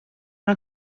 dan